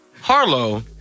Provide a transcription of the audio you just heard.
Harlow